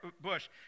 bush